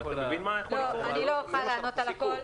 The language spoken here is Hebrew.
אני לא אוכל לענות על הכול.